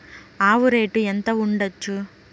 ఆవు రేటు ఎంత ఉండచ్చు?